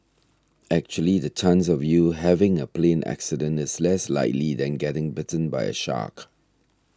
actually the chance of you having a plane accident is less likely than getting bitten by a shark